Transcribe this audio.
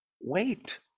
wait